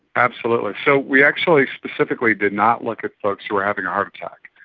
absolutely. so we actually specifically did not look at folks who were having a heart attack,